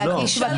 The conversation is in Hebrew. להגיש בקשה.